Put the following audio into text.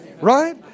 Right